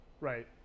right